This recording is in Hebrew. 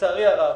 לצערי הרב